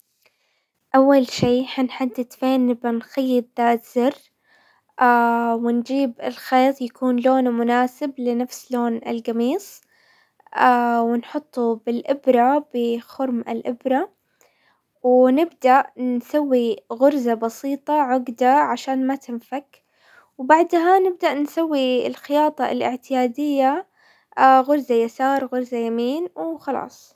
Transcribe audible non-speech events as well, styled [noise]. اول شي حنحدد فين نبا نخيط ذات زر [hesitation] ونجيب الخيط يكون لونه مناسب لنفس لون القميص [hesitation] ونحطه بالابرة، بخرم الابرة، ونبدأ نسوي غرزة بسيطة، عقدة عشان ما تنفك، وبعدها نبدأ نسوي الخياطة الاعتيادية، [hesitation] غرزة يسار غرزة يمين وخلاص.